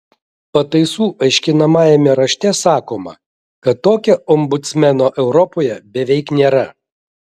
pataisų aiškinamajame rašte sakoma kad tokio ombudsmeno europoje beveik nėra